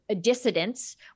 dissidents